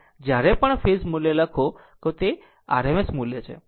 જ્યારે પણ ફેઝ મૂલ્ય લખો કે તે RMS મૂલ્ય છે